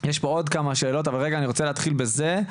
יש פה עוד כמה שאלות, אבל אני רוצה להתחיל בזה.